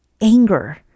anger